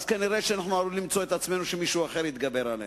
אנחנו כנראה עלולים למצוא שמישהו אחר יתגבר עלינו.